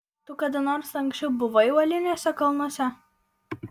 tu kada nors anksčiau buvai uoliniuose kalnuose